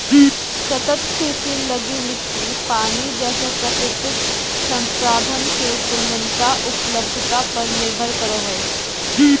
सतत कृषि लगी मिट्टी, पानी जैसे प्राकृतिक संसाधन के गुणवत्ता, उपलब्धता पर निर्भर करो हइ